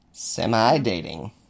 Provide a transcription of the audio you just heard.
Semi-dating